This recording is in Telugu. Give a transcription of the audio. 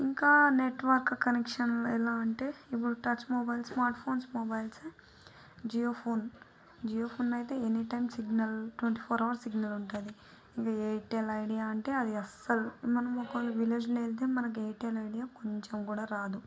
ఇంకా నెట్వర్క్ కనెక్షన్లు ఎలా అంటే ఇప్పుడు touch mobiles smart phone mobiles Jio phone Jio phone అయితే any time signal twenty four hour signal ఉంటుంది ఇంకా ఎయిర్టెల్ ఐడియా అంటే అది అస్సలు మనం ఒకవేళ విలేజ్లో వెళ్తే ఎయిర్టెల్ ఐడియా అసలు కొంచెం కూడా రాదు